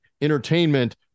entertainment